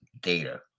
data